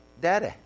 Daddy